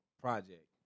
project